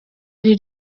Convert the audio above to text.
ari